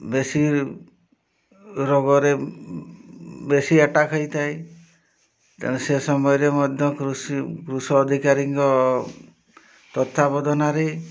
ବେଶୀ ରୋଗରେ ବେଶୀ ଆଟାକ୍ ହେଇଥାଏ ତେଣୁ ସେ ସମୟରେ ମଧ୍ୟ କୃଷି କୃଷିକାରୀଙ୍କ ତତ୍ତ୍ୱାବଧାନରେ